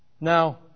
Now